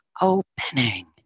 opening